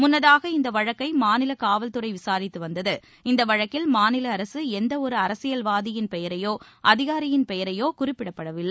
முன்னதாக இந்த வழக்கை மாநில காவல்துறை விசாரித்து வந்தது இந்த வழக்கில் மாநில அரசு எந்த ஒரு அரசியல்வாதியின் பெயரையோ அதிகாரியின் பெயரையோ குறிப்பிடவில்லை